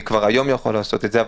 אני כבר היום יכול לעשות את זה,